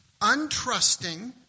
untrusting